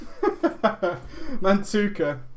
Mantuka